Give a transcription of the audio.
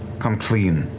come clean.